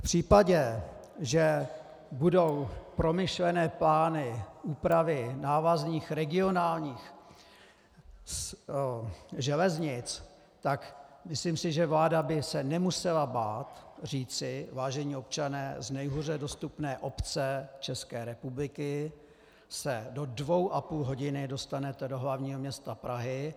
V případě, že budou promyšlené plány úpravy návazných regionálních železnic, tak myslím, že vláda by se nemusela bát říci: vážení občané, z nejhůře dostupné obce České republiky se do dvou a půl hodiny dostanete do hlavního města Prahy.